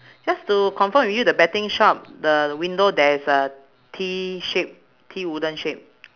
just to confirm with you the betting shop the window there's a T shape T wooden shape